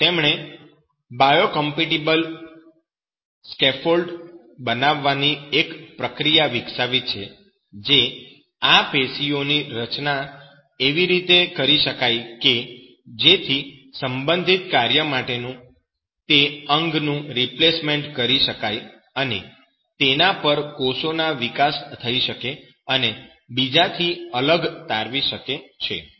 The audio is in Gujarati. તેમણે બાયોકોમ્પેટીબલ સ્કેફોલ્ડ બનાવવાની એક પ્રક્રિયા વિકસાવી છે જેથી આ પેશીઓ ની રચના એવી રીતે કરી શકાય કે જેથી સંબંધિત કાર્ય માટે તે અંગનું રિપ્લેસ્મેન્ટ કરી શકે અને તેનાં પર કોષોનો વિકાસ થઈ શકે અને એકબીજાથી અલગ તારવી શકે છે